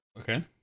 Okay